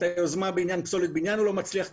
את היוזמה בעניין פסולת בניין הוא לא מצליח.